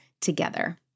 together